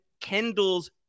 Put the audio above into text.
Kendall's